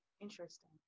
Interesting